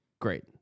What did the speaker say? great